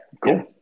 cool